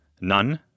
none